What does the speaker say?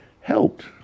helped